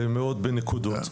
מאוד בנקודות.